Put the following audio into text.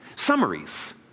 Summaries